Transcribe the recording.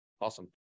Awesome